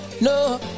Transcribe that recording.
No